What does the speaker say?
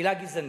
מלה גזענית.